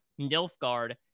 Nilfgaard